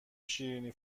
شیرینی